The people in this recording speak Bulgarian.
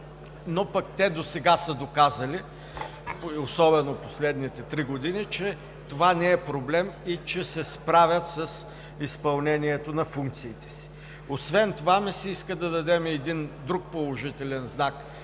но пък те досега са доказали, особено през последните три години, че това не е проблем и че се справят с изпълнението на функциите си. Освен това ми се иска да дадем един друг положителен знак